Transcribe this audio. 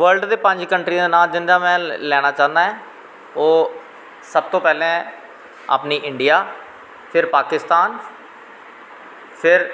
world दे पंज कन्ट्रियें दे नांऽ जिन्दे में लैनां चांह्दा ऐं ओह् सबतो पैह्लैं अपनी इंडिया फिर पाकिस्तान फिर